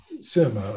Sim